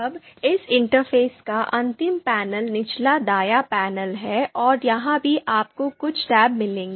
अब इस इंटरफ़ेस का अंतिम पैनल निचला दायाँ पैनल है और यहाँ भी आपको कुछ टैब मिलेंगे